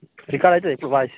record అవుతోంది